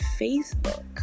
Facebook